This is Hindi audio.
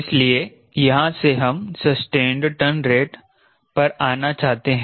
इसलिए यहां से हम सस्टेंड टर्न रेट पर आना चाहते हैं